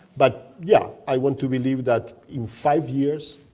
but, yeah, i want to believe that in five years.